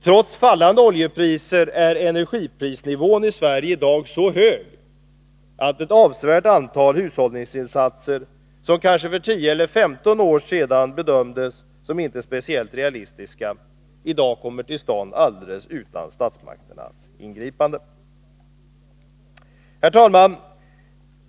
Trots fallande oljepriser är energiprisnivån i Sverige i dag så hög att ett avsevärt antal hushållningsinsatser, som kanske för 10-15 år sedan bedömdes som inte speciellt realistiska, i dag kommer till stånd alldeles utan statsmakternas ingripande. Herr talman!